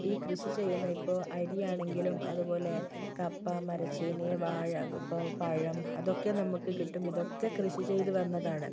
ഈ കൃഷി ചെയുന്ന ഇപ്പോൾ അരിയാണെങ്കിലും അത്പോലെ കപ്പ മരച്ചീനി വാഴ ഇപ്പോൾ പഴം അതൊക്കെ നമുക്ക് കിട്ടും ഇതൊക്കെ കൃഷി ചെയ്ത് വന്നതാണ്